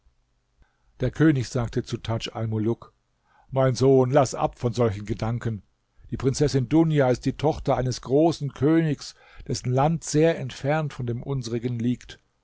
der könig sagte zu tadj almuluk mein sohn laß ab von solchen gedanken die prinzessin dunia ist die tochter eines großen königs dessen land sehr entfernt von dem unsrigen liegt